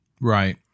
Right